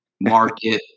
market